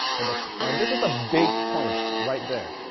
and and this is a big point right there.